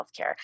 healthcare